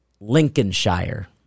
Lincolnshire